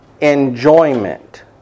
enjoyment